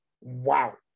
wow